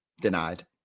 denied